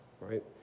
right